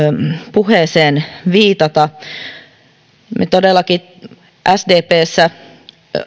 puheeseen viitata me todellakin sdpssä